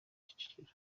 kicukiro